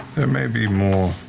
there may be more